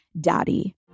daddy